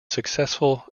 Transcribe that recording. successful